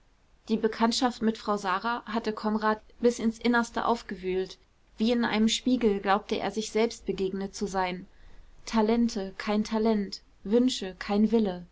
die bekanntschaft mit frau sara hatte konrad bis ins innerste aufgewühlt wie in einem spiegel glaubte er sich selbst begegnet zu sein talente kein talent wünsche kein wille